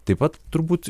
taip pat turbūt